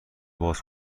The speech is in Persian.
باز